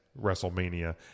WrestleMania